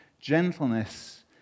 gentleness